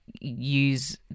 use